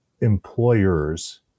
employers